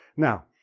now,